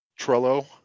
trello